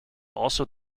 also